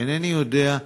אינני יודע.